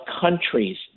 countries